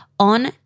on